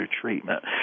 treatment